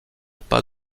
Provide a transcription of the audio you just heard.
pas